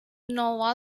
nova